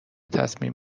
تصمیم